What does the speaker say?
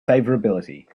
favorability